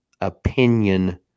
opinion